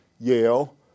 Yale